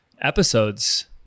episodes